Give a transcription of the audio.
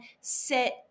sit